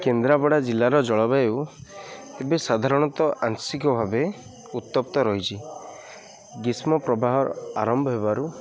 କେନ୍ଦ୍ରାପଡ଼ା ଜିଲ୍ଲାର ଜଳବାୟୁ ଏବେ ସାଧାରଣତଃ ଆଂସିକ ଭାବେ ଉତ୍ତପ୍ତ ରହିଚି ଗ୍ରୀଷ୍ମ ପ୍ରବାହ ଆରମ୍ଭ ହେବାରୁ